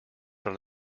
from